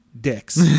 dicks